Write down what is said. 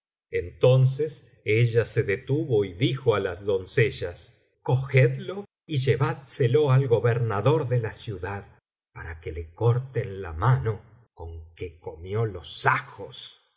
entonces ella se detuvo y dijo á las doncellas cogedlo y llevádselo al gobernador de la ciudad para que le corten la mano con que comió los ajos pero ya